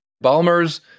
Balmer's